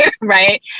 right